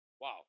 Wow